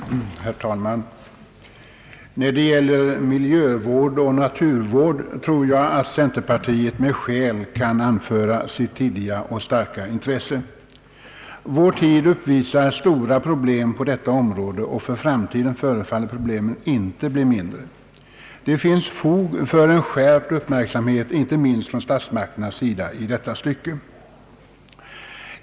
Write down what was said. Herr talman! När det gäller miljövård och naturvård tror jag att centerpartiet med skäl kan anföra sitt tidiga och starka intresse. Vår tid uppvisar stora problem på detta område, och det förefaller inte som om problemen skulle bli mindre för framtiden. Det finns fog för en skärpt uppmärksamhet, inte minst från statsmakternas sida, i detta stycke.